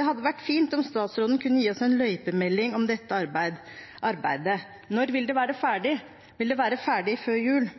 Det hadde vært fint om statsråden kunne gi oss en løypemelding om dette arbeidet. Når vil det være ferdig? Vil det være ferdig før jul?